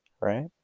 Right